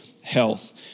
health